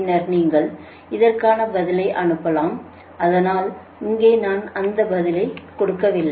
பின்னர் நீங்கள் இதற்கான பதிலை அனுப்பலாம் அதனால் இங்கே நான் அந்த பதிலை கொடுக்கவில்லை